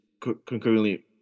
concurrently